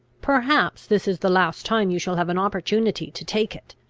perhaps this is the last time you shall have an opportunity to take it!